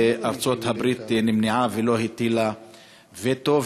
וארצות-הברית נמנעה ולא הטילה וטו.